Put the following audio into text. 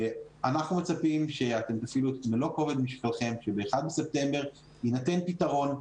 אנחנו מצפים שאתם תפעילו את מלוא כובד משקלכם שב-1 בספטמבר יינתן פתרון,